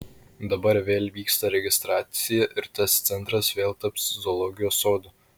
dabar vėl vyksta registracija ir tas centras vėl taps zoologijos sodu